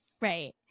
Right